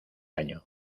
año